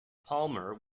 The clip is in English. palmer